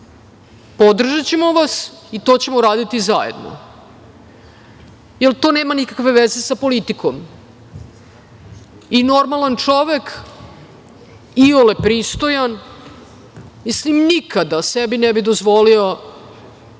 podržaćemo vas i to ćemo uraditi zajedno, jer to nema nikakve veze sa politikom. Normalan čovek, iole pristojan, mislim da nikada sebi ne bi dozvolio